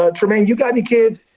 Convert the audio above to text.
ah trymaine, you got any kids?